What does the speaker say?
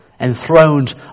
enthroned